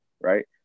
right